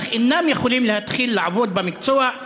אך אינם יכולים להתחיל לעבוד במקצוע,